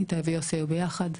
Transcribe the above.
איתי ויוסי היו ביחד,